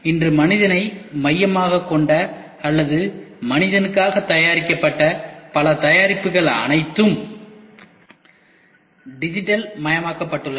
இன்று மனிதனை மையமாகக் கொண்ட அல்லது மனிதனுக்காக தயாரிக்கப்பட்ட பல தயாரிப்புகள் அனைத்தும் டிஜிட்டல் மயமாக்கப்பட்டுள்ளன